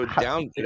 down